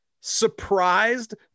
surprised